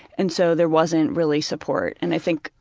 and so there wasn't really support, and i think,